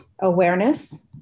awareness